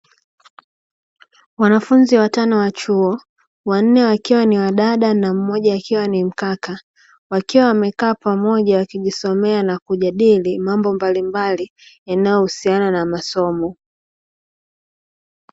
Wanafunzi watano wa chuo wanne wakiwa ni wadada na mmoja akiwa ni mkaka, wakiwa wamekaa pamoja na kujisomea wakijadili mambo mbalimbali yanayohusiana na masomo.